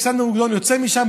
אלכסנדר מוקדון יוצא משם,